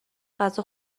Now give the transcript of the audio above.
غذا